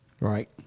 Right